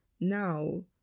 Now